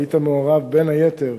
היית מעורב, בין היתר,